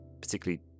particularly